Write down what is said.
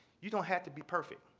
you don't have to be perfect.